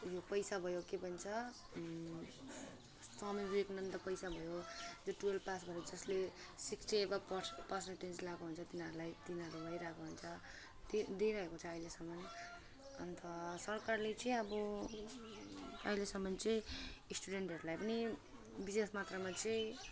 यो पैसा भयो के भन्छ स्वामी विवकानन्द पैसा भयो त्यो टुवेल्भ पास भएर जसले सिक्सटी एबभ पर्स पर्सन्टेज ल्याएको हुन्छ तिनीहरूलाई तिनीहरू भइरहेको हुन्छ त्यो दिइरहेको छ अहिलेसम्म अन्त सरकारले चाहिँ अब अहिलेसम्म चाहिँ स्टुडेन्टहरूलाई पनि विशेष मात्रामा चाहिँ